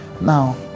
Now